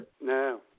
No